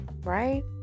Right